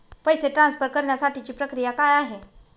पैसे ट्रान्सफर करण्यासाठीची प्रक्रिया काय आहे?